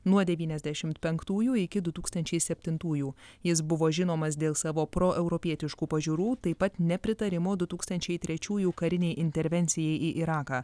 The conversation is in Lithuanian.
nuo devyniasdešimt penktųjų iki du tūkstančiai septintųjų jis buvo žinomas dėl savo proeuropietiškų pažiūrų taip pat nepritarimo du tūkstančiai trečiųjų karinei intervencijai į iraką